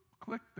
click